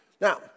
Now